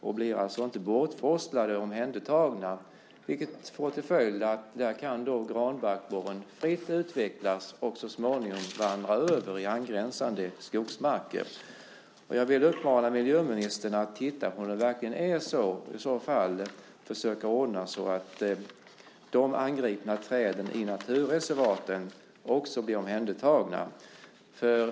De blir alltså inte bortforslade och omhändertagna, vilket får till följd att granbarkborren kan utvecklas fritt och så småningom vandra över i angränsande skogsmarker. Jag vill uppmana miljöministern att titta på om det verkligen är så och i så fall försöka ordna så att de angripna träden i naturreservaten också blir omhändertagna.